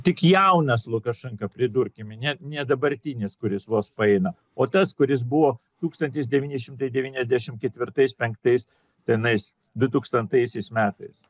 tik jaunas lukašenka pridurkime net ne dabartinis kuris vos paeina o tas kuris buvo tūkstantis devyni šimtai devyniasdešimt ketvirtais penktais tenais dutūkstantaisiais metais